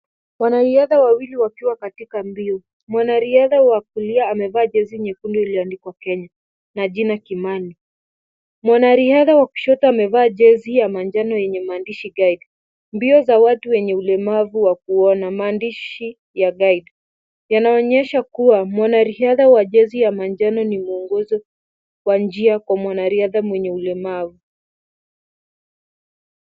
Wanariadha wawili wakiwa katika mbio, mwanariadha wa kulia amevaa jezi nyekundu iliyo andikwa Kenya na jina Kimani, mwanariadha wa kuchoka amevaa jezi ya manjano yenye maandishi "guide", mbio za watu wenye ulemavu wa kuona maandishi ya "guide" yanaonyesha kuwa mwanariadha wa jezi ya manjano ni mwongozo wa njia kwa mwanariadha mwenye ulemavu.